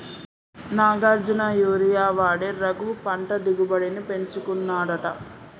Nagarjuna urea వాడి రఘు పంట దిగుబడిని పెంచుకున్నాడట